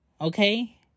Okay